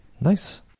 Nice